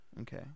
Okay